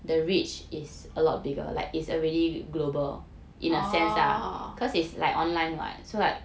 oh